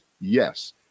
yes